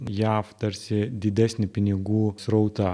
jav tarsi didesnį pinigų srautą